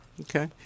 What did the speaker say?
Okay